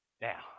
Now